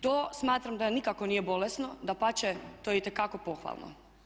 To smatram da nikako nije bolesno, dapače to je itekako pohvalno.